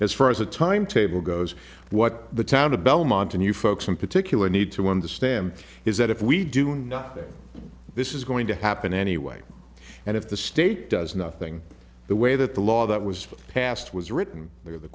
as far as a timetable goes what the town to belmont and you folks in particular need to understand is that if we do nothing this is going to happen anyway and if the state does nothing the way that the law that was passed was written there the